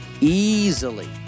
easily